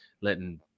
letting